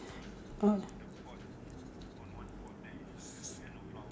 oh